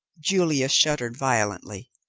julia shuddered violently.